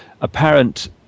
apparent